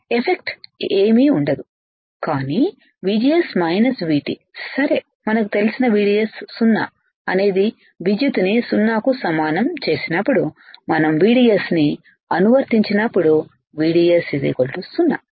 effective ఏమీ ఉండవు కానీ VGS VT సరే మనకు తెలిసిన VDS 0 అనేది విద్యుత్ ని 0 కు సమానం చేసినప్పుడు మనం VDS ని అనువర్తించినప్పుడు VDS 0